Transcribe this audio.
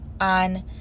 on